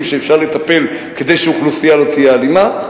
שאפשר לטפל בהן כדי שאוכלוסייה לא תהיה אלימה,